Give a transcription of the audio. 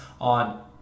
on